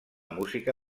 música